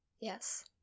Yes